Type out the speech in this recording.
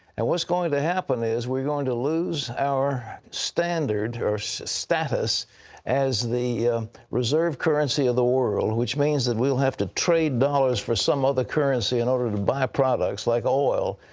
and what's going to happen is we're going to lose our standard or so status as the reserve currency of the world, which means that we'll have to trade dollars for some other currency in order to buy products like oil.